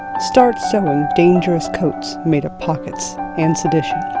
start sewing dangerous coats made of pockets and sedition.